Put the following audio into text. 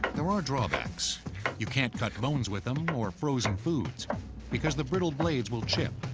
there are drawbacks you can't cut bones with them or frozen foods because the brittle blades will chip.